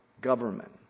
government